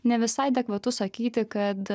ne visai adekvatu sakyti kad